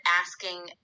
asking